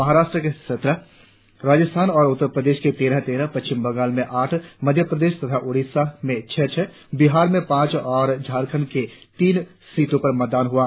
महाराष्ट्र में सत्रह राजस्थान और उत्तरप्रदेश में तेरह तेरह पश्चिम बंगाल में आठ मध्य प्रदेश तथा ओडिशा में छह छह बिहार में पांच और झारखंड में तीन सीटों पर मतदान हुआ